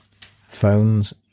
phones